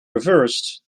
reversed